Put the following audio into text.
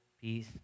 peace